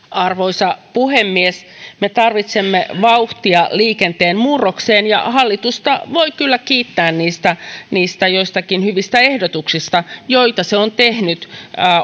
arvoisa puhemies me tarvitsemme vauhtia liikenteen murrokseen ja hallitusta voi kyllä kiittää niistä niistä joistakin hyvistä ehdotuksista joita se on tehnyt